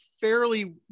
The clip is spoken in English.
fairly